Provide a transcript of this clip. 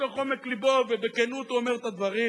שמתוך עומק לבו ובכנות הוא אומר את הדברים,